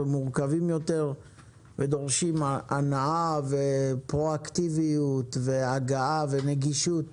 מורכבים יותר ודורשים הנעה ופרואקטיביות והגעה ונגישות